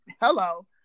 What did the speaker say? Hello